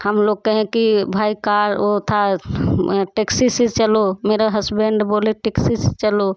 हम लोग कहें कि भाई कार ओ था टैक्सी से चलो मेरा हस्बैंड बोले टैक्सी से चलो